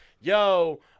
yo